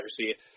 accuracy